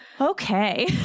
okay